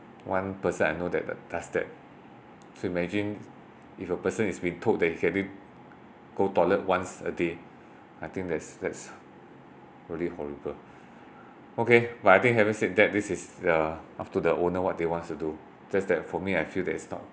one person I know that uh does that so imagine if a person is being told that he can only go toilet once a day I think that's that's really horrible okay but I think having said that this is uh up to the owner what they want to do just that for me I feel that it's not